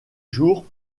jours